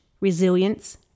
resilience